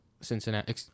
Cincinnati